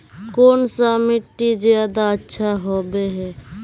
कौन सा मिट्टी ज्यादा अच्छा होबे है?